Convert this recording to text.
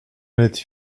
honnête